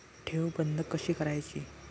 ठेव बंद कशी करायची?